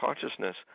consciousness